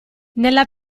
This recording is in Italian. nella